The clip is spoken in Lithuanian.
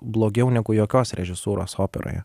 blogiau negu jokios režisūros operoje